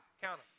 count